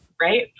right